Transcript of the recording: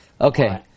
Okay